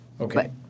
Okay